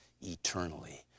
eternally